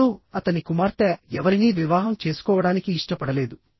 అప్పుడు అతని కుమార్తె ఎవరినీ వివాహం చేసుకోవడానికి ఇష్టపడలేదు